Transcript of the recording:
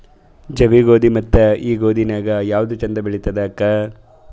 ಜವಿ ಗೋಧಿ ಮತ್ತ ಈ ಗೋಧಿ ನ್ಯಾಗ ಯಾವ್ದು ಛಂದ ಬೆಳಿತದ ಅಕ್ಕಾ?